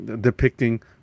depicting